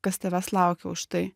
kas tavęs laukia už tai